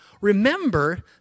Remember